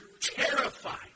terrified